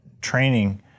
training